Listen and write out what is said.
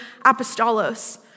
apostolos